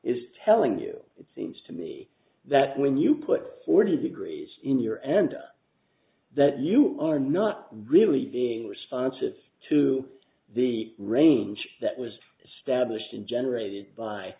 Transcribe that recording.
is telling you it seems to me that when you put forty degrees in your and that you are not really being responsive to the range that was